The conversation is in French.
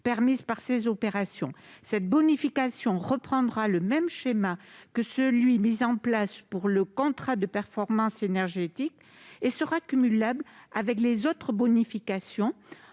permise par ces opérations. Cette bonification reprendra le même schéma que celui qui a été mis en place pour le contrat de performance énergétique (CPE) et sera cumulable avec les autres bonifications.